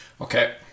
Okay